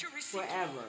forever